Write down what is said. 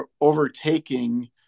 overtaking